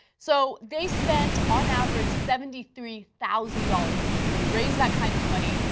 so they spent, on average, seventy three thousand dollars a year. they raised that kind of money,